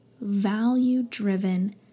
value-driven